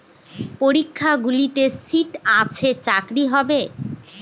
পরীক্ষাগুলোতে সিট আছে চাকরি হবে